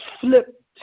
flipped